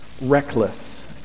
reckless